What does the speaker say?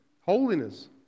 holiness